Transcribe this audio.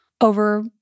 over-